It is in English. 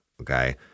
Okay